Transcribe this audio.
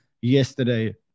yesterday